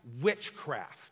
witchcraft